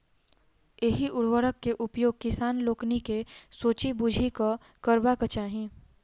एहि उर्वरक के उपयोग किसान लोकनि के सोचि बुझि कअ करबाक चाही